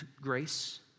grace